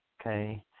Okay